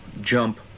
jump